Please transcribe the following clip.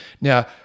Now